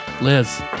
Liz